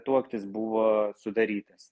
tuoktis buvo sudarytas